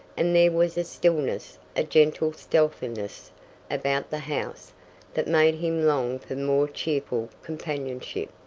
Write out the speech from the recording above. and there was a stillness, a gentle stealthiness about the house that made him long for more cheerful companionship.